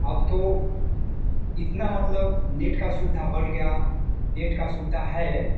अब तो इतना मतलब नेट का सुविधा बढ़ गया नेट का सुविधा है